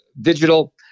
digital